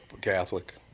Catholic